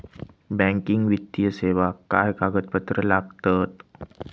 Banking वित्तीय सेवाक काय कागदपत्र लागतत?